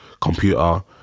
Computer